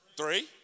Three